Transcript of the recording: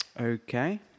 Okay